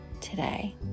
today